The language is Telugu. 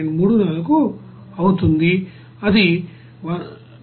34 అవుతుంది అది 1